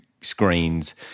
screens